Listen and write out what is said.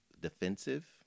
defensive